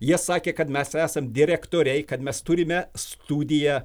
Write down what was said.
jie sakė kad mes esam direktoriai kad mes turime studiją